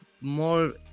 more